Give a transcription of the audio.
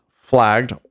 flagged